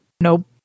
Nope